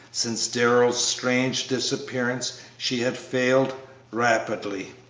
since darrell's strange disappearance she had failed rapidly.